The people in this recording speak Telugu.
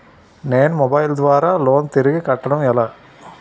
నేను మొబైల్ ద్వారా లోన్ తిరిగి కట్టడం ఎలా?